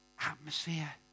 Atmosphere